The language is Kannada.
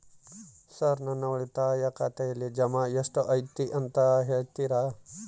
ಸರ್ ನನ್ನ ಉಳಿತಾಯ ಖಾತೆಯಲ್ಲಿ ಜಮಾ ಎಷ್ಟು ಐತಿ ಅಂತ ಹೇಳ್ತೇರಾ?